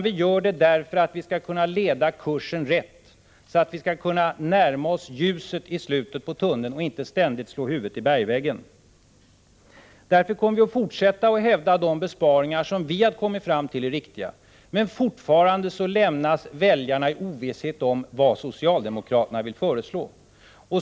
Vi gör det därför att vi skall kunna leda kursen rätt, för att vi skall kunna närma oss ljuset i slutet av tunneln och inte ständigt slå huvudet i bergväggen. Därför kommer vi att fortsätta att hävda att de besparingar som vi har kommit fram till är riktiga, men fortfarande lämnas väljarna i ovisshet om vad socialdemokraterna vill föreslå.